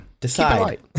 decide